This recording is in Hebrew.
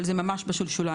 אבל זה ממש בשול שוליים.